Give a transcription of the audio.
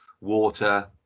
water